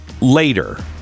later